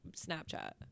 Snapchat